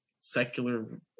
secular